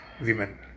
women